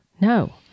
No